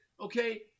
okay